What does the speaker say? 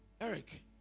eric